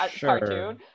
cartoon